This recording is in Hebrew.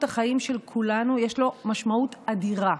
החיים של כולנו יש לו משמעות אדירה.